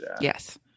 yes